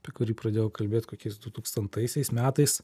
apie kurį pradėjau kalbėt kokiais du tūkstantaisiais metais